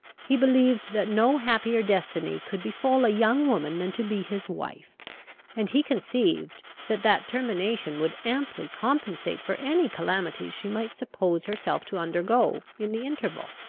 he believed that no happier destiny could befal a young woman than to be his wife and he conceived that that termination would amply compensate for any calamities she might suppose herself to undergo in the interval.